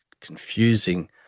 confusing